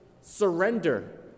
surrender